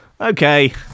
Okay